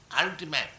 ultimate